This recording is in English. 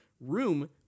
room